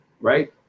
right